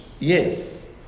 Yes